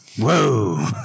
whoa